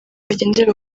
bagendera